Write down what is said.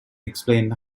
explains